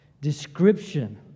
description